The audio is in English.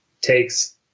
takes